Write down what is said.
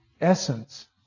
essence